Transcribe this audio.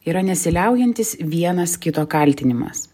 yra nesiliaujantis vienas kito kaltinimas